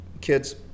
kids